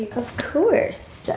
of course.